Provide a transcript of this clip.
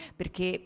perché